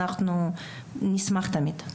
אנחנו נשמח תמיד.